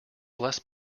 bless